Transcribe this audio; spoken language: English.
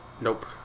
Nope